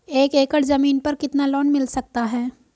एक एकड़ जमीन पर कितना लोन मिल सकता है?